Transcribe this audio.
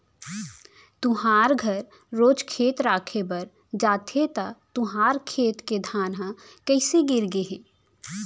तुँहर घर रोज खेत राखे बर जाथे त तुँहर खेत के धान ह कइसे गिर गे हे?